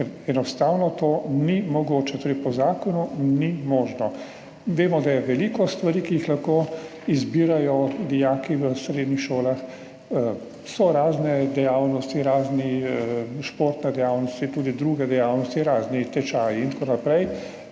ker enostavno to ni mogoče, torej po zakonu ni možno. Vemo, da je veliko stvari, ki jih dijaki v srednjih šolah lahko izbirajo, to so razne dejavnosti, razne športne dejavnosti, tudi druge dejavnosti, razni tečaji in tako naprej,